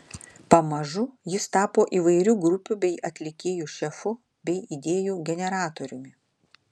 pamažu jis tapo įvairių grupių bei atlikėjų šefu bei idėjų generatoriumi